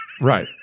Right